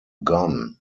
gone